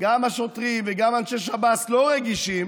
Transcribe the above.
גם השוטרים וגם אנשי שב"ס לא רגישים